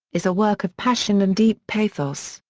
is a work of passion and deep pathos,